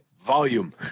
Volume